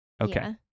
Okay